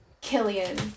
killian